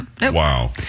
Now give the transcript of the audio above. Wow